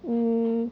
mm